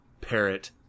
Parrot